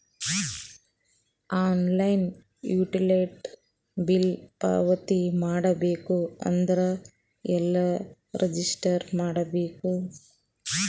Online utility bill ಪಾವತಿ ಮಾಡಬೇಕು ಅಂದ್ರ ಎಲ್ಲ ರಜಿಸ್ಟರ್ ಮಾಡ್ಬೇಕು?